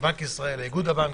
לבנק ישראל, לאיגוד הבנקים,